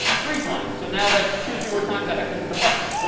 three times. so now that's two fewer times i have to hit the button.